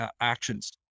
actions